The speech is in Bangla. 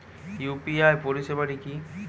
ইউ.পি.আই পরিসেবাটা কি?